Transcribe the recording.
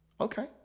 okay